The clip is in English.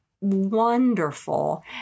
wonderful